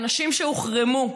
אנשים שהוחרמו,